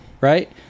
Right